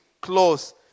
close